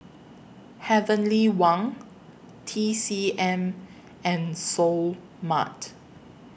Heavenly Wang T C M and Seoul Mart